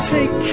Take